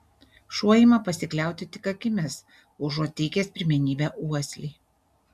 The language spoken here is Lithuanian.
šuo ima pasikliauti tik akimis užuot teikęs pirmenybę uoslei